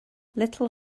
little